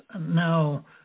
Now